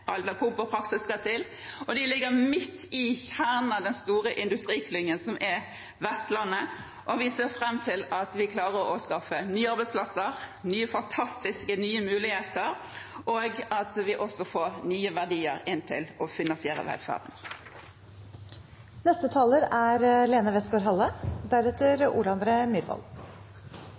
og prakt som skal til, de ligger midt i kjernen av den store industriklyngen som Vestland er, og vi ser fram til at vi klarer å skaffe nye arbeidsplasser, nye fantastiske muligheter, og at vi også får nye verdier til å finansiere